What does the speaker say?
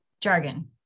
jargon